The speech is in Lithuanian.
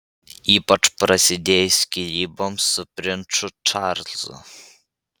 ypač prasidėjus skyryboms su princu čarlzu